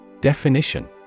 Definition